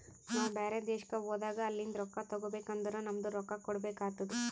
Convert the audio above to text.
ನಾವು ಬ್ಯಾರೆ ದೇಶ್ಕ ಹೋದಾಗ ಅಲಿಂದ್ ರೊಕ್ಕಾ ತಗೋಬೇಕ್ ಅಂದುರ್ ನಮ್ದು ರೊಕ್ಕಾ ಕೊಡ್ಬೇಕು ಆತ್ತುದ್